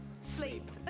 Sleep